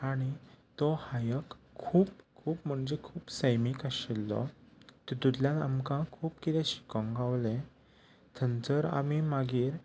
आनी तो हायक खूब खूब म्हणजे खूब सैमीक आशिल्लो तितूंतल्यान आमकां खूब किदें शिकूंक गांवलें थंयसर आमी मागीर